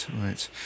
Right